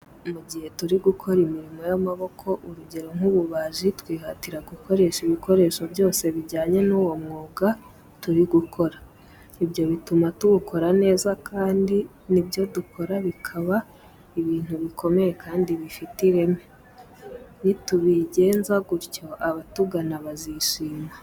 Mu gihe turi gukora imirimo y'amaboko, urugero nk'ububaji twihatira gukoresha ibikoresho byose bijyanye n'uwo mwuga turi gukora. Ibyo bituma tuwukora neza kandi n'ibyo dukora bikaba ari ibintu bikomeye kandi bifite ireme. Nitubigenza gutyo abatugana bazishima.